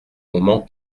moment